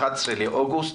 11 באוגוסט,